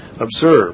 Observe